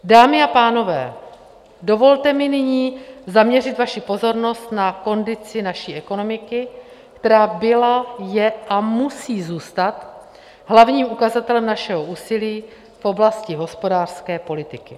Dámy a pánové, dovolte mi nyní zaměřit vaši pozornost na kondici naší ekonomiky, která byla, je a musí zůstat hlavním ukazatelem našeho úsilí v oblasti hospodářské politiky.